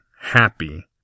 happy